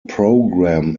program